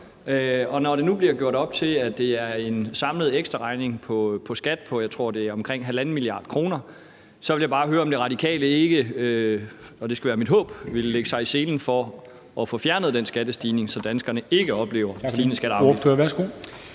Og når det nu bliver gjort op til, at det er en samlet ekstraregning i skat på, jeg tror det er omkring 1,5 mia. kr., vil jeg bare høre, om De Radikale ikke – og det skal være mit håb – vil lægge sig i selen for at få fjernet den skattestigning, så danskerne ikke oplever stigende skatter